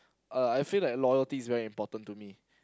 uh I feel that loyalty is very important to me